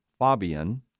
Fabian